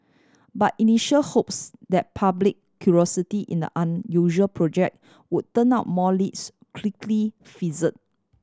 but initial hopes that public curiosity in the unusual project would turn up more leads quickly fizzled